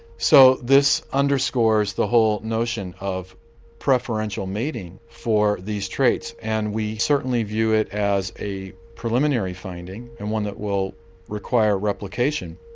so this underscores the whole notion of preferential mating for these traits and we certainly view it as a preliminary finding and one that will require replication.